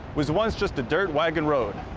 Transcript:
was once just a dirt wagon road.